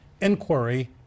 inquiry